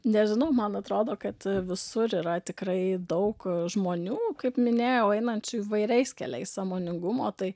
nežinau man atrodo kad visur yra tikrai daug žmonių kaip minėjau einančių įvairiais keliais sąmoningumo tai